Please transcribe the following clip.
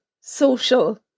social